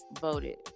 voted